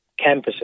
campuses